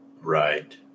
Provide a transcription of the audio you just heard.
Right